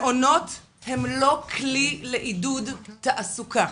מעונות הם לא כלי לעידוד תעסוקה.